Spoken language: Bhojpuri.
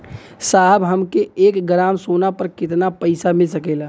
साहब हमके एक ग्रामसोना पर कितना पइसा मिल सकेला?